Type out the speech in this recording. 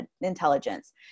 intelligence